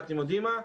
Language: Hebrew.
ואתם יודעים מה?